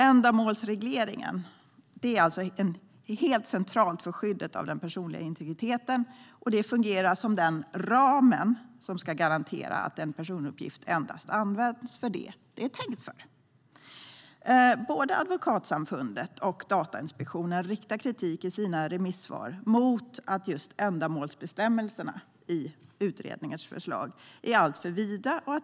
Ändamålsregleringen är helt central för skyddet av den personliga integriteten. Det fungerar som den ram som ska garantera att en personuppgift endast används för det som den är tänkt för. Både Advokatsamfundet och Datainspektionen riktar kritik i sina remissvar mot att just ändamålsbestämmelserna i utredningens förslag är alltför vida.